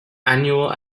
annual